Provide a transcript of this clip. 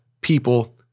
people